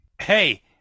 Hey